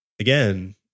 again